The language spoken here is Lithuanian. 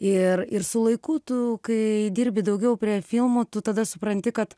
ir ir su laiku tu kai dirbi daugiau prie filmų tu tada supranti kad